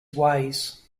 ways